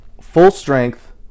full-strength